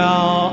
Now